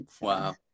wow